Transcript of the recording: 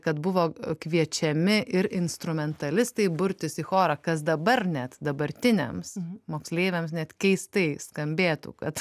kad buvo kviečiami ir instrumentalistai burtis į chorą kas dabar net dabartiniams moksleiviams net keistai skambėtų kad